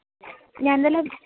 ഞാൻ എന്തായാലും